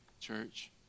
church